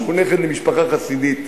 שהוא נכד למשפחה חסידית,